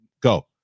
go